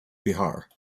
bihar